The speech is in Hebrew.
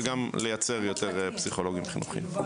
וגם לייצר יותר פסיכולוגים חינוכיים.